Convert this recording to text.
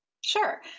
Sure